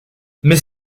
mais